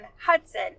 Hudson